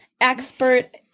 expert